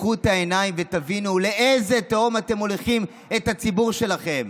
תפקחו את העיניים ותבינו לאיזו תהום אתם מוליכים את הציבור שלכם.